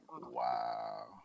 Wow